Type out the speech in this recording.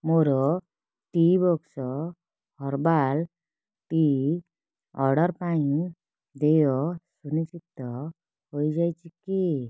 ମୋର tea box herbal tea order ପାଇଁ ଦେୟ ସୁନିଶ୍ଚିତ ହୋଇଯାଇଛି କି